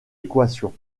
équation